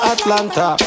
Atlanta